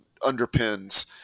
underpins